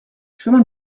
chemin